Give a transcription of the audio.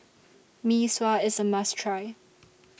Mee Sua IS A must Try